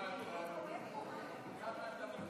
אל תקבל